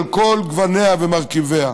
על כל גווניה ומרכיביה.